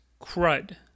CRUD